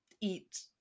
eat